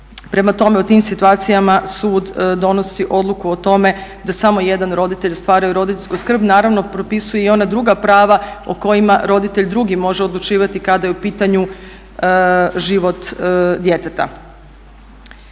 Prema tome, u tim situacijama sud donosi odluku o tome da samo jedan roditelj ostvaruje roditeljsku skrb. Naravno propisuje i ona druga prava o kojima roditelj drugi može odlučivati kada je u pitanju život djeteta.